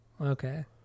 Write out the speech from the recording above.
Okay